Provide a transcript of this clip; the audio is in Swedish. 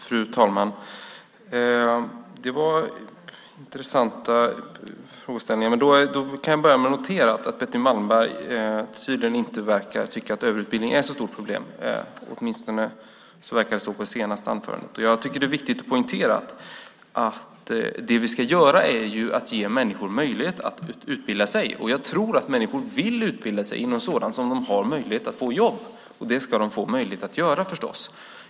Fru talman! Det var intressanta frågeställningar. Jag kan börja med att notera att Betty Malmberg tydligen inte verkar tycka att högre utbildning är ett så stort problem. Åtminstone verkar det så på det senaste anförandet. Jag tycker att det är viktigt att poängtera att det vi ska göra är att ge människor möjlighet att utbilda sig. Jag tror att människor vill utbilda sig inom sådant som de har möjlighet att få jobb av, och det ska de få möjlighet att göra, förstås.